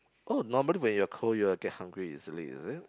oh normally when you're cold you'll get hungry easily is it